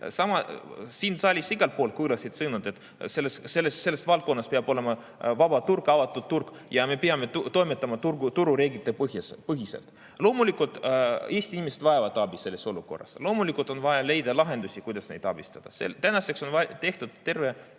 Siin saalis igalt poolt kõlasid sõnad, et selles valdkonnas peab olema vabaturg, avatud turg ja me peame toimetama turureeglite põhiselt. Loomulikult, Eesti inimesed vajavad abi selles olukorras, loomulikult on vaja leida lahendusi, kuidas neid abistada. Tänaseks on tehtud terve